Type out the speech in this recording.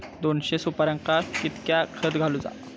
दोनशे सुपार्यांका कितक्या खत घालूचा?